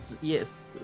Yes